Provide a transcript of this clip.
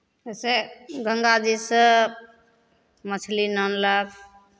जइसे गङ्गाजीसँ मछली नानलक